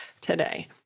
today